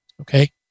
okay